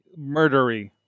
Murdery